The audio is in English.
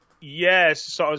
Yes